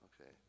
Okay